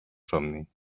somni